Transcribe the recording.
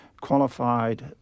qualified